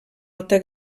alta